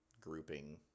grouping